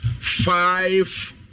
Five